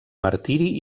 martiri